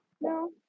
no